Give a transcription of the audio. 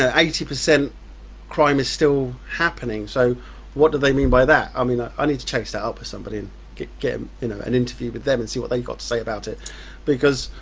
ah eighty percent crime is still happening, so what do they mean by that? i mean ah i need to chase that up with somebody and get get you know an interview with them and see what they've got to say about it because,